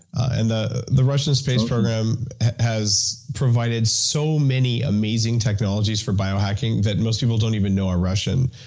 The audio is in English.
and the the russian space program has provided so many amazing technologies for bio-hacking that most people don't even know are russian.